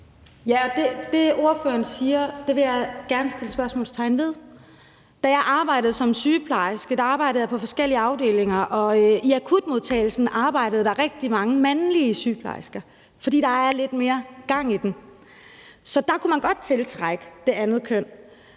(M): Det, ordføreren siger, vil jeg gerne sætte spørgsmålstegn ved. Da jeg arbejdede som sygeplejerske, arbejdede jeg på forskellige afdelinger, og i akutmodtagelsen arbejdede der rigtig mange mandlige sygeplejersker, fordi der er lidt mere gang i den, så der kunne man godt tiltrække det andet køn.